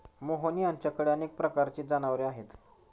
मोहन यांच्याकडे अनेक प्रकारची जनावरे आहेत